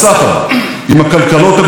בשנה הבאה יהיו הרבה,